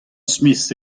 smith